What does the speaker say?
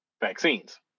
vaccines